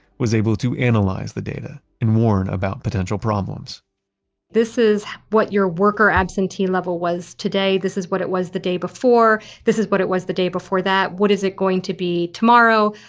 was able to analyze the data and warn about potential problems this is what your worker absentee level was today. this is what it was the day before. this is what it was the day before that, what is it going to be tomorrow?